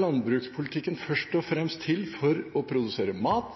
landbrukspolitikken først og fremst til for å produsere mat,